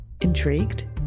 Intrigued